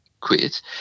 quit